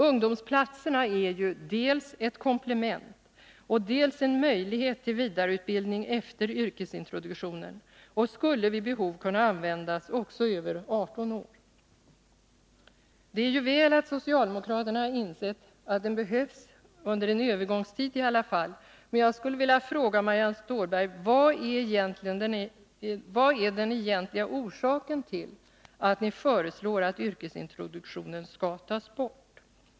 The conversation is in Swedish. Ungdomsplatserna är ju dels ett komplement, dels en möjlighet till vidareutbildning efter yrkesintroduktionen och skulle vid behov kunna användas också för ungdomar över 18 år. Det är ju väl att socialdemokraterna har insett att yrkesintroduktionen behövs under en övergångstid i alla fall, men jag skulle vilja fråga Marianne Stålberg: Vad är den egentliga orsaken till att ni föreslår att yrkesintroduktionen skall tas bort?